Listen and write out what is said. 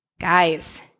Guys